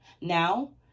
Now